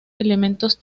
elementos